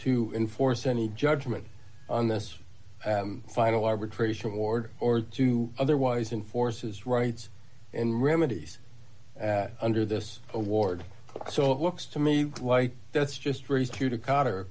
to enforce any judgment on this final arbitration award or to otherwise enforces rights and remedies under this award so it looks to me like that's just race to to cotter